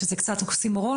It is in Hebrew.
שזה קצת אוקסימורון,